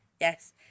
Yes